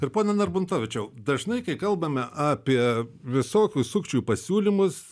ir pone narbuntovičiau dažnai kai kalbame apie visokių sukčių pasiūlymus